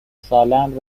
سالهام